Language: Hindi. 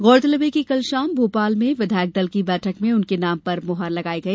गौरतलब है कि कल शाम भोपाल में विधायक दल की बैठक में उनके नाम पर मोहर लगाई गई